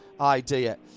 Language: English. idea